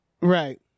Right